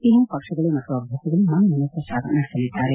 ಇನ್ನು ಪಕ್ಷಗಳು ಮತ್ತು ಅಭ್ಯರ್ಥಿಗಳು ಮನೆ ಮನೆ ಪ್ರಚಾರ ನಡೆಸಲಿದ್ದಾರೆ